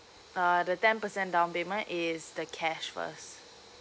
uh the ten percent down payment is the cash first